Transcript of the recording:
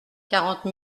quarante